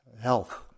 health